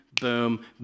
boom